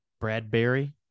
Bradbury